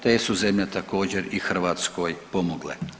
Te su zemlje također i Hrvatskoj pomogle.